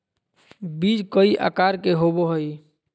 बीज कई आकार के होबो हइ